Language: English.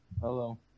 Hello